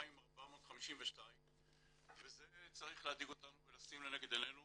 ל-2,452 וזה צריך להדאיג אותנו ולשים לנגד עינינו